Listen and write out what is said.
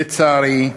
לצערי,